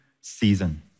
season